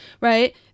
right